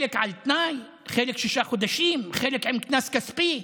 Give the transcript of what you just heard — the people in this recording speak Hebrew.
חלק על תנאי, חלק שישה חודשים, חלק עם קנס כספי?